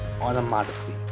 automatically